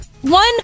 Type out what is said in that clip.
one